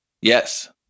Yes